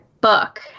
book